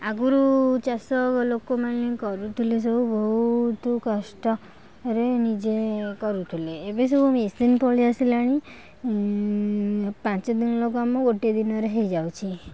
ଆଗୁରୁ ଚାଷ ଲୋକମାନେ କରୁଥିଲେ ସବୁ ବହୁତ କଷ୍ଟରେ ନିଜେ କରୁଥିଲେ ଏବେ ସବୁ ମିସିନ୍ ପଳାଇ ଆସିଲାଣି ପାଞ୍ଚ ଦିନର କାମ ଗୋଟିଏ ଦିନରେ ହେଇଯାଉଛି